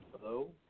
Hello